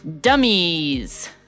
Dummies